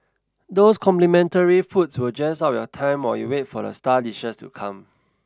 those complimentary foods will jazz up your time while you wait for the star dishes to come